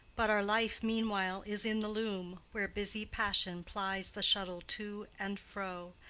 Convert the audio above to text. but our life meanwhile is in the loom, where busy passion plies the shuttle to and fro,